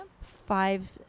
five